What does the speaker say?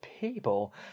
people